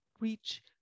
reach